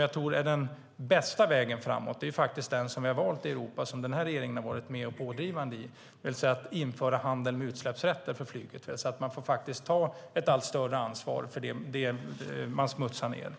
Jag tror att den bästa vägen framåt är den som vi har valt i Europa och som den här regeringen har varit pådrivande för, det vill säga att införa handel med utsläppsrätter för flyget. Man får ta ett allt större ansvar för det man smutsar ned.